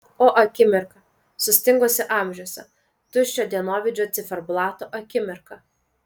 o akimirka sustingusi amžiuose tuščio dienovidžio ciferblato akimirka